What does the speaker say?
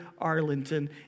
Arlington